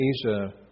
Asia